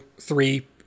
three